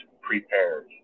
prepared